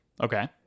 Okay